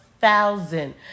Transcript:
thousand